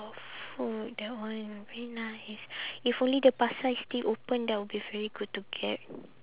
food that one very nice if only the pasar is still open that will be very good to get